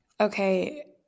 Okay